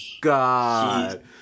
god